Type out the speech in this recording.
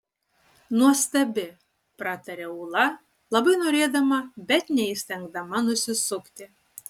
nuostabi prataria ūla labai norėdama bet neįstengdama nusisukti